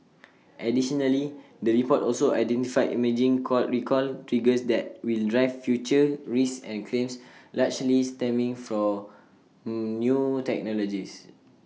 additionally the report also identified emerging call recall triggers that will drive future risks and claims largely stemming from new technologies